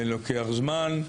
לוקח זמן.